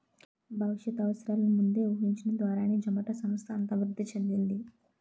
భవిష్యత్ అవసరాలను ముందే ఊహించడం ద్వారానే జొమాటో సంస్థ అంత అభివృద్ధి చెందింది